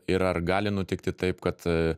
ir ar gali nutikti taip kad